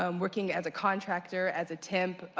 um working as a contractor, as a tent,